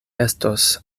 estos